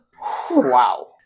Wow